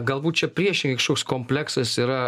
galbūt čia priešingai kažkoks kompleksas yra